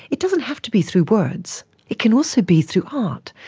it doesn't have to be through words, it can also be through art,